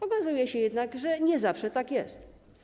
Okazuje się jednak, że nie zawsze tak jest.